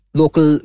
local